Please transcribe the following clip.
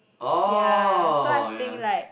ya so I think like